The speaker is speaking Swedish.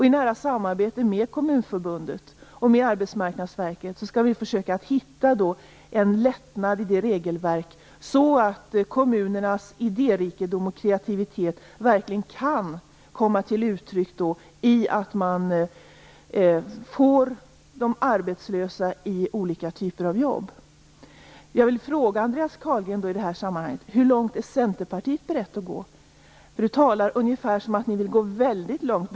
I nära samarbete med Kommunförbundet och Arbetsmarknadsverket skall vi försöka hitta en lättnad i regelverket så att kommunernas idérikedom och kreativitet verkligen kan komma till uttryck genom att man får ut de arbetslösa i olika typer av jobb. Hur långt är Centerpartiet berett att gå? Andreas Carlgren talar som om Centerpartiet vill gå väldigt långt.